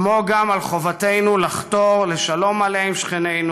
כמו גם על חובתנו לחתור לשלום מלא עם שכנינו,